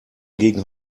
gegen